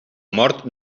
mort